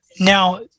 Now